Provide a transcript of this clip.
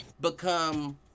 become